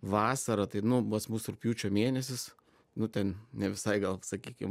vasarą tai nu pas mus rugpjūčio mėnesis nu ten ne visai gal sakykim